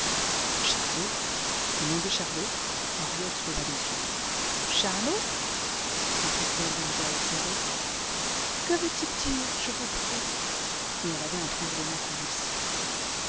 charlot au nom de charlot henriette leva les yeux charlot reprit-elle d'une voix altérée que veut-il dire je vous prie et elle avait un tremblement